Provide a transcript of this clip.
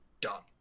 done